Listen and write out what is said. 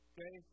Okay